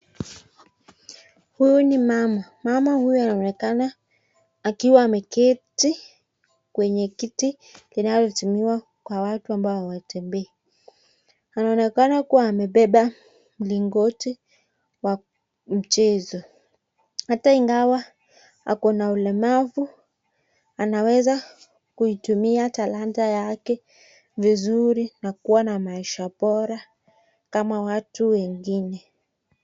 Huyu ni mama. Mama huyu anaonekana akiwa ameketi kwenye kiti inayotumiwa kwa watu ambao hawatembei. Anaonekana kuwa amebeba mlingoti wa mchezo . Hata ingawa ako na ulemavu anaweza kuitumia talanta yake vizuri na kuwa na maisha bora kama watu wengine.